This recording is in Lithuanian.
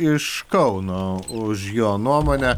iš kauno už jo nuomonę